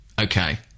Okay